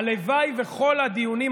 הלוואי שכל הדיונים,